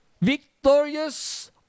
victorious